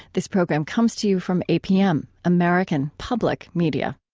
this program comes to you from apm, american public media